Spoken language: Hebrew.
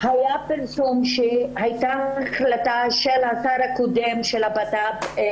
היה פרסום שהייתה החלטה של השר לביטחון פנים הקודם להקים